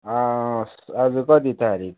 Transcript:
आज कति तारिख